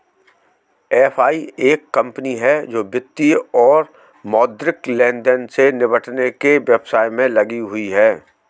FI एक company है जो वित्तीय और मौद्रिक लेनदेन से निपटने के व्यवसाय में लगी हुई है